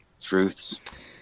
truths